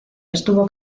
estuvo